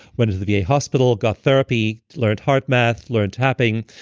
went to the va hospital, got therapy learned heart math, learned tapping.